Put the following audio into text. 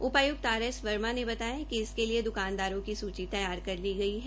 उपायुक्त R S Verma ने बताया कि इसके लिए द्कानदारों की सूची तैयार कर ली गई है